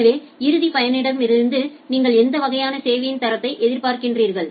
எனவே இறுதி பயனரிடமிருந்து நீங்கள் எந்த வகையான சேவையின் தரத்தை எதிர்பார்க்கிறீர்கள்